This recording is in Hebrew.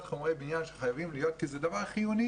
חומרי בניין חייבות להיות כי זה דבר חיוני.